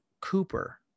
Cooper